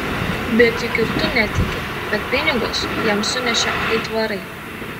bet juk ir tu netiki kad pinigus jam sunešė aitvarai